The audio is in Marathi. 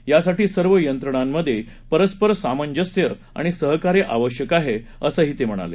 त्यासाठी सर्व यंत्रणांमधे परस्पर सामंजस्य आणि सहकार्य आवश्यक आहे असं ते म्हणाले